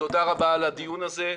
תודה רבה על הדיון הזה.